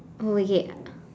oh okay